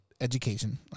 education